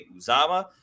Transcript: Uzama